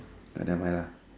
ah never mind lah